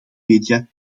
media